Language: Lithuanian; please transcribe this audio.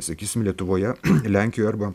sakysim lietuvoje lenkijoj arba